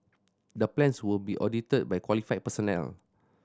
the plans will be audited by qualified personnel